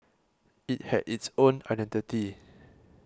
it had its own identity